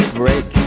break